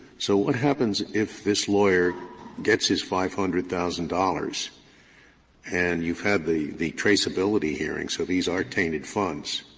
so what happens if this lawyer gets his five hundred thousand dollars and you've had the the traceability hearings, so these are tainted funds?